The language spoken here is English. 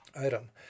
Item